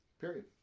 period